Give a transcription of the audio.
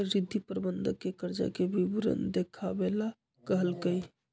रिद्धि प्रबंधक के कर्जा के विवरण देखावे ला कहलकई